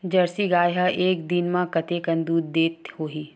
Jersey गाय ह एक दिन म कतेकन दूध देत होही?